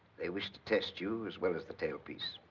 they wish to test you as well as the tailpiece.